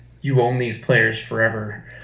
you-own-these-players-forever